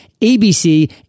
ABC